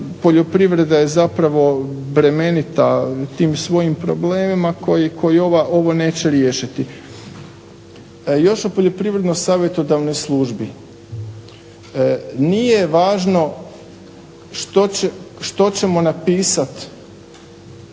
Poljoprivreda je zapravo bremenita u tim svojim problemima koji ovo neće riješiti. Još o Poljoprivrednoj savjetodavnoj službi. Nije važno što ćemo napisat